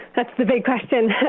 that's the big question.